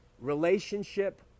Relationship